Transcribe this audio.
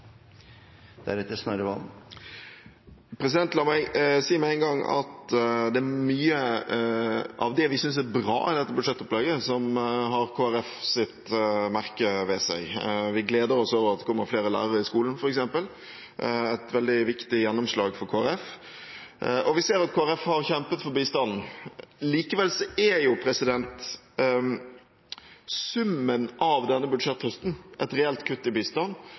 synes er bra i dette budsjettopplegget, som har Kristelig Folkepartis merke ved seg. Vi gleder oss f.eks. over at det kommer flere lærere i skolen. Det er et veldig viktig gjennomslag for Kristelig Folkeparti. Og vi ser at Kristelig Folkeparti har kjempet for bistanden. Likevel er summen av denne budsjetthøsten et reelt kutt i